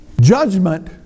Judgment